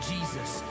Jesus